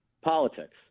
politics